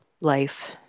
life